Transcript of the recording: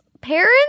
parents